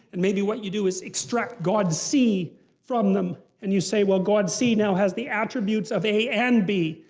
and maybe what you do is extract god c from them. and you say, well, god c now has the attributes of a and b.